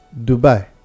Dubai